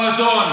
במזון.